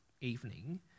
evening